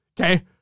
Okay